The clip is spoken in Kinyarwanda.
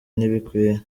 ntibikwiye